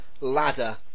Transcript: ladder